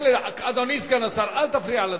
אדוני סגן השר, אל תפריע לדובר.